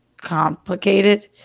complicated